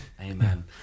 Amen